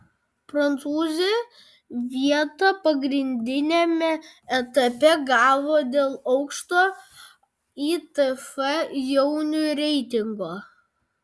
prancūzė vietą pagrindiniame etape gavo dėl aukšto itf jaunių reitingo